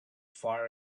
far